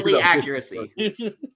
accuracy